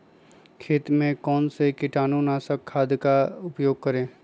खेत में कौन से कीटाणु नाशक खाद का प्रयोग करें?